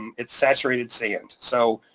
it's saturated sand. so